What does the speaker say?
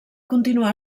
continuar